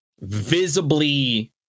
visibly